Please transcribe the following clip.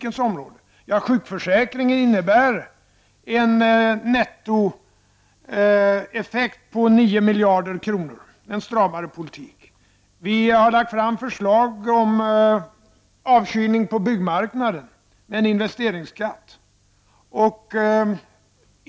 Jo, planerna inom sjukförsäkringsområdet ger en nettoeffekt om 9 miljarder kronor — det är en stramare politik. Vi har framlagt förslag om avkylning av byggmarknaden genom införande av en investeringsskatt.